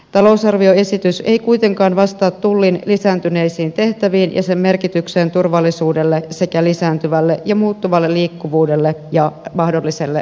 talousarvioesitys ei kuitenkaan vastaa tullin lisääntyneisiin tehtäviin ja sen merkitykseen turvallisuudelle sekä lisääntyvälle ja muuttuvalle liikkuvuudelle ja mahdolliselle rikollisuudelle